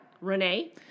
Renee